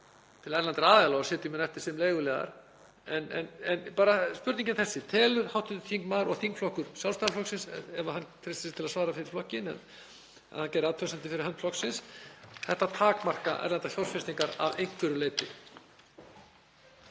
til erlendra aðila og sitjum hér eftir sem leiguliðar. En spurningin er þessi: Telur hv. þingmaður og þingflokkur Sjálfstæðisflokksins, ef hann treystir sér til að svara fyrir flokkinn, hann gerði athugasemdir fyrir hönd flokksins, þetta takmarka erlendar fjárfestingar að einhverju leyti?